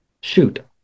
shoot